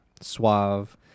suave